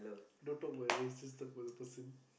don't talk about race just talk about the person